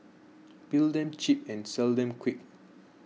build them cheap and sell them quick